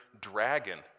dragon